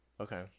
okay